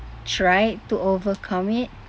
tried to overcome it